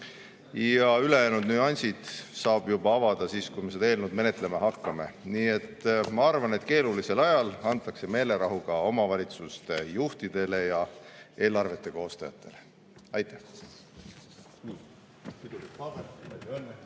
Ülejäänud nüansid saab avada siis, kui me seda eelnõu menetlema hakkame. Nii et ma arvan, et keerulisel ajal antakse [sellega] meelerahu ka omavalitsuste juhtidele ja eelarvete koostajatele. Aitäh!